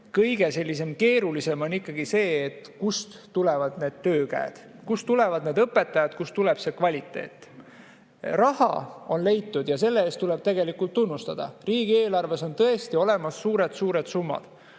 kõige keerulisem [probleem] on ikkagi see, kust tulevad need töökäed, kust tulevad need õpetajad, kust tuleb see kvaliteet. Raha on leitud ja selle eest tuleb tegelikult tunnustada. Riigieelarves on tõesti olemas suured-suured summad.